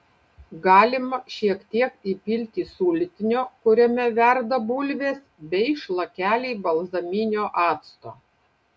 galima šiek tiek įpilti sultinio kuriame verda bulvės bei šlakelį balzaminio acto